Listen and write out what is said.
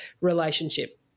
relationship